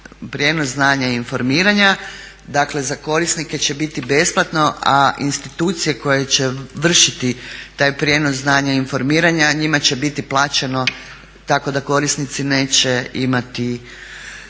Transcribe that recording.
prijenos znanja i informiranja. Dakle, za korisnike će biti besplatno, a institucije koje će vršiti taj prijenos znanja i informiranja njima će biti plaćeno tako da korisnici neće imati